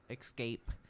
escape